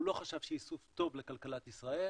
הוא לא חשב שייסוף טוב לכלכלת ישראל